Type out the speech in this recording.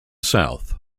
south